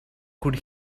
could